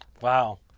Wow